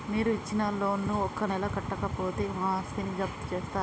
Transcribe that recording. మీరు ఇచ్చిన లోన్ ను ఒక నెల కట్టకపోతే మా ఆస్తిని జప్తు చేస్తరా?